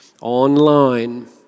online